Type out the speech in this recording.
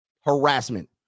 harassment